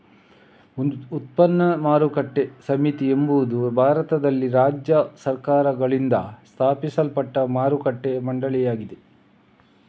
ಉತ್ಪನ್ನ ಮಾರುಕಟ್ಟೆ ಸಮಿತಿ ಎಂಬುದು ಭಾರತದಲ್ಲಿ ರಾಜ್ಯ ಸರ್ಕಾರಗಳಿಂದ ಸ್ಥಾಪಿಸಲ್ಪಟ್ಟ ಮಾರುಕಟ್ಟೆ ಮಂಡಳಿಯಾಗಿದೆ